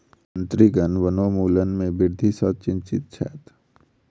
मंत्रीगण वनोन्मूलन में वृद्धि सॅ चिंतित छैथ